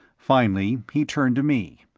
finally he turned to me.